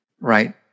right